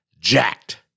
jacked